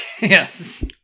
Yes